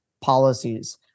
policies